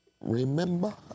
Remember